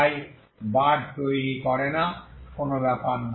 তাই বার তৈরি করে না কোন ব্যাপার না